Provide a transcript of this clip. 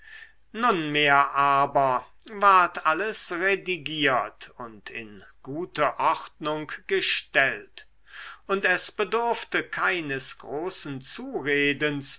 nunmehr aber ward alles redigiert und in gute ordnung gestellt und es bedurfte keines großen zuredens